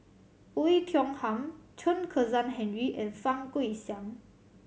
Oei Tiong Ham Chen Kezhan Henri and Fang Guixiang